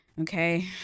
Okay